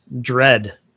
Dread